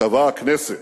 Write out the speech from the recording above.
קבעה הכנסת: